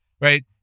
right